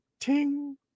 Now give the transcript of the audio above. ting